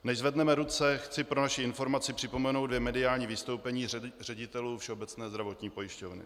Než zvedneme ruce, chci pro vaši informaci připomenout dvě mediální vystoupení ředitelů Všeobecné zdravotní pojišťovny.